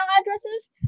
addresses